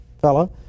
fella